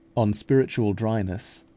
on spiritual dryness.